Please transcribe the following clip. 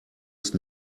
ist